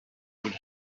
would